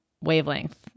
wavelength